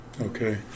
Okay